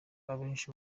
abenshi